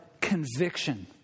conviction